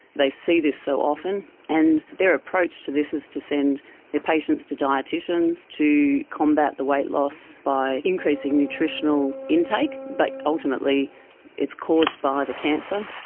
they see this so often, and their approach to this is to send their patients to dieticians to combat the weight loss by increasing nutritional intake, but ultimately it's caused by the cancer,